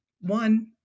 One